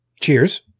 cheers